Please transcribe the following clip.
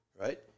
right